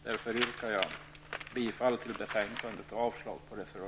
Jag yrkar därför bifall till hemställan i betänkandet och avslag på reservationerna.